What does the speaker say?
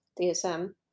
DSM